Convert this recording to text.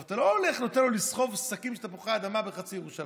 אתה לא נותן לו שקים של תפוחי אדמה בחצי ירושלים.